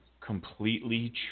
completely